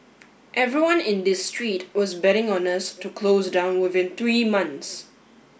everyone in this street was betting on us to close down within three months